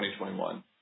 2021